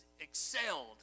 excelled